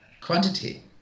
quantity